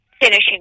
finishing